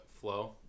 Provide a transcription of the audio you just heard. flow